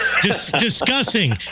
discussing